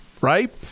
Right